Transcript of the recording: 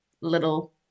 little